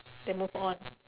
they move on